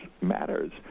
matters